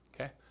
okay